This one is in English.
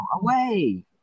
away